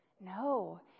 No